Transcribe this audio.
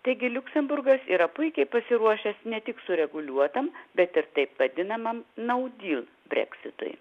taigi liuksemburgas yra puikiai pasiruošęs ne tik sureguliuotam bet ir taip vadinamam nau dyl breksitui